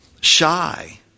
shy